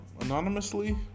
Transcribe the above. anonymously